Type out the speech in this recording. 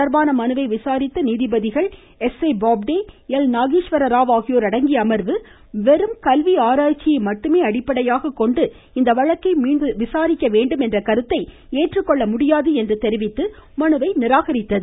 தொடர்பான மனுவை விசாரித்த நீதிபதிகள் எஸ் ஏ பாப்டே எல் இது நாகேஸ்வரராவ் ஆகியோர் அடங்கிய அமர்வு வெறும் கல்வி ஆராய்ச்சியை மட்டுமே அடிப்படையாக கொண்டு இந்த வழக்கை மீண்டும் விசாரிக்க வேண்டும் என்ற கருத்தை ஏற்றுக்கொள்ள முடியாது என்று தெரிவித்து மனுவை நிராகரித்தது